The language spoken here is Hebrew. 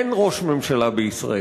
אין ראש ממשלה בישראל,